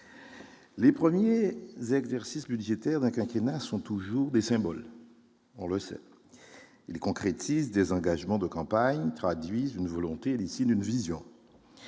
Les premiers exercices budgétaires d'un quinquennat sont toujours des symboles, on le sait, il concrétise des engagements de campagne traduisent une volonté légitime d'une vision